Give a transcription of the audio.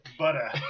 butter